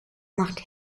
macht